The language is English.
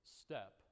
step